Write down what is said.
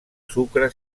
sucre